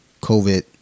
COVID